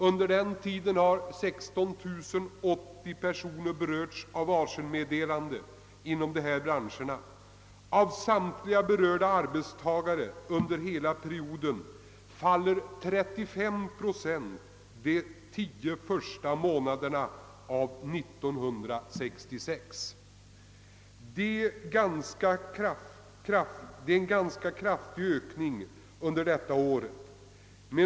Under denna tid har 16 080 personer berörts av varselmeddelande inom de nämnda branscherna, och av samtliga berörda arbetstagare under hela perioden har 35 procent fått varsel under de tio första månaderna 1966, vilket innebär en ganska kraftig ökning under detta år.